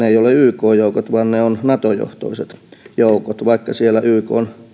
eivät ole yk joukot vaan ne ovat nato johtoiset joukot vaikka siellä ykn